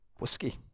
whiskey